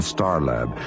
Starlab